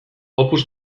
opus